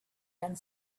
done